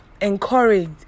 encouraged